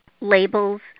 labels